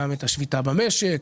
גם את השביתה במשק,